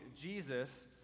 Jesus